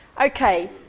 Okay